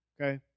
Okay